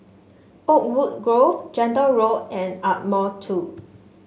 Oakwood Grove Gentle Road and Ardmore Two